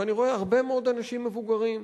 ואני רואה הרבה מאוד אנשים מבוגרים,